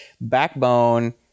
Backbone